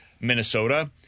Minnesota